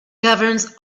governs